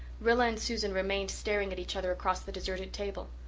rilla and susan remained staring at each other across the deserted table.